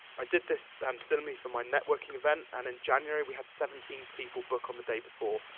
i did this um suddenly for my networking event and in january we had seventeen people book on the day before.